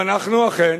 ואנחנו אכן